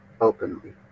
Openly